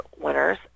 winners